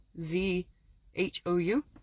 Z-H-O-U